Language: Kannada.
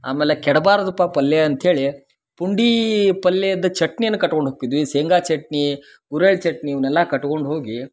ಆಮೇಲೆ ಕೆಡಬಾರದುಪ್ಪ ಪಲ್ಯ ಅಂತೇಳಿ ಪುಂಡೀ ಪಲ್ಲೇದ ಚಟ್ನಿಯನ್ನ ಕಟ್ಕೊಂಡು ಹೋಕ್ಕಿದ್ವಿ ಶೇಂಗ ಚಟ್ನಿ ಹುರಳಿ ಚಟ್ನಿ ಇವ್ನೆಲ್ಲಾ ಕಟ್ಕೊಂಡು ಹೋಗಿ